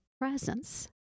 presence